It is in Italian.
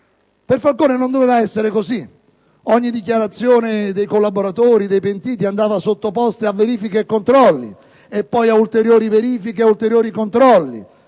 per Falcone non doveva essere così: ogni dichiarazione dei collaboratori e dei pentiti andava sottoposta a verifiche e controlli e poi ad ulteriori verifiche e controlli,